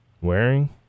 Wearing